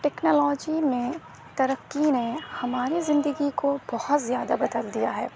technology میں ترقی نے ہمارے زندگی کو بہت زیادہ بدل دیا ہے